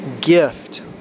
gift